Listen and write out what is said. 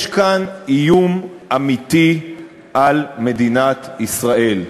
יש כאן איום אמיתי על מדינת ישראל.